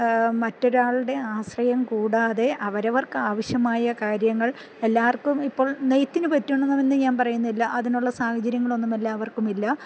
മറ്റൊരാളുടെ ആശ്രയം കൂടാതെ അവരവർക്ക് ആവശ്യമായ കാര്യങ്ങൾ എല്ലാവർക്കും ഇപ്പോൾ നെയ്ത്തിന് പറ്റണമെന്ന് ഞാൻ പറയുന്നില്ല അതിനുള്ള സാഹചര്യങ്ങളൊന്നുമല്ല അവർക്കുമില്ല